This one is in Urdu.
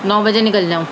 نو بجے نکل جاؤں